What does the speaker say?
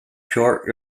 short